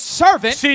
servant